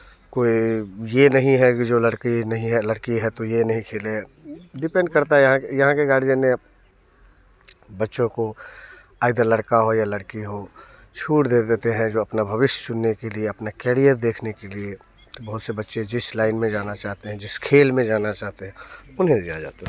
कोई यह नहीं है कि जो लड़की नहीं है लड़की है तो यह नहीं खेले डिपेंड करता है यहाँ यहाँ के गार्जियन ने बच्चों को आइदर लड़का हो या लड़की हो छूट दे देते हैं जो अपना भविष्य चुनने के लिए अपने कैरियर देखने के लिए बहुत से बच्चे जिस लाइन में जाना चाहते हैं जिस खेल में जाना चाहते हैं उन्हें इजाज़त दे